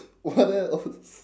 what else